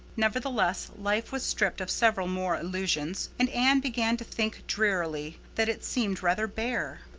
nevertheless, life was stripped of several more illusions, and anne began to think drearily that it seemed rather bare.